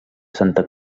santa